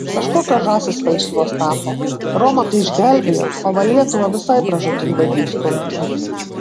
kažkokios žąsys falšyvos tapo romą tai išgelbėjo o va lietuvą visai pražūtin baigia įstumti